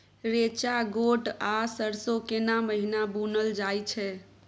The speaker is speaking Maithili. रेचा, गोट आ सरसो केना महिना बुनल जाय छै?